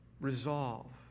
resolve